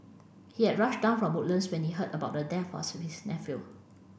he had rushed down from Woodlands when he heard about the death of his nephew